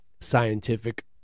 scientific